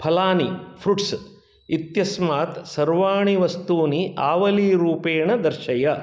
फलानि फ्रुट्स् इत्यस्मात् सर्वाणि वस्तूनि आवलीरूपेण दर्शय